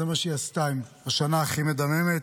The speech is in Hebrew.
זה מה שהיא עשתה בשנה הכי מדממת.